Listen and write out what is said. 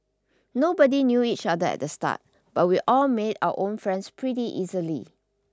nobody knew each other at the start but we all made our own friends pretty easily